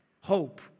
hope